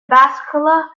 basilica